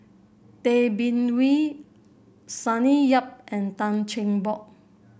Tay Bin Wee Sonny Yap and Tan Cheng Bock